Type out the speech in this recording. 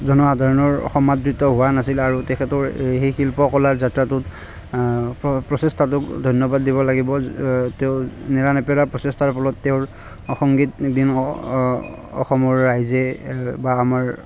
জনসাধাৰণৰ সমাদৃত হোৱা নাছিল আৰু তেখেতৰ সেই শিল্পকলাৰ যাত্ৰাটোত প্ৰচেষ্টাটোক ধন্যবাদ দিব লাগিব তেওঁৰ নেৰানেপেৰা প্ৰচেষ্টাৰ ফলত তেওঁৰ সংগীত এদিন অসমৰ ৰাইজে বা আমাৰ